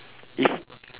if